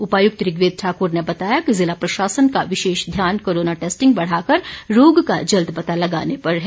उपायुक्त ऋग्वेद ठाकुर ने बताया कि ज़िला प्रशासन का विशेष ध्यान कोरोना टैस्टिंग बढ़ाकर रोग का जल्द पता लगाने पर है